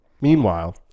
Meanwhile